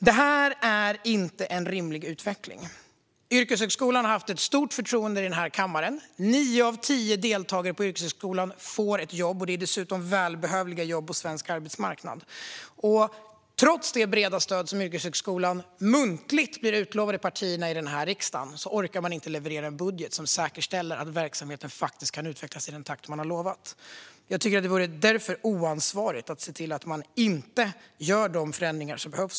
Det här är inte en rimlig utveckling. Yrkeshögskolan har haft ett stort förtroende i den här kammaren. Nio av tio elever på yrkeshögskolan får ett jobb, och det är dessutom välbehövliga jobb på svensk arbetsmarknad. Trots det breda stöd som yrkeshögskolan muntligt blivit utlovat av partierna i den här riksdagen orkar man inte leverera en budget som säkerställer att verksamheten kan utvecklas i den takt man har lovat. Jag tycker därför att det vore oansvarigt att inte göra de förändringar som behövs.